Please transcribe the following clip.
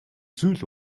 зүйл